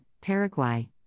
Paraguay